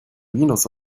minus